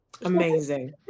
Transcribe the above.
Amazing